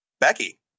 Becky